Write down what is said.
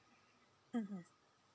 mmhmm